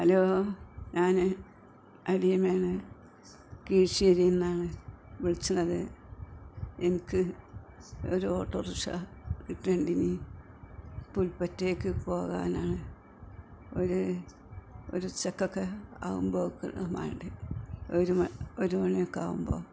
hello ഞാൻ അലീമയാണ് കിഴിശ്ശേരിയിൽനിന്നാണ് വിളിക്കുന്നത് എനിക്ക് ഒരു ഓട്ടോറിഷ കിട്ടേണ്ടിനി പുൽപ്പറ്റയിലേക്ക് പോകാനാണ് ഒരു ഒരു ഉച്ചക്കൊക്കെ ആകുമ്പോഴേക്ക് വേണ്ടി ഒരുമണിയൊക്കെ ആവുമ്പോൾ